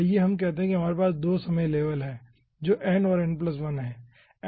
आइए हम कहते हैं कि हमारे पास 2 समय लेवल हैं जो n और n1 है